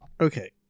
Okay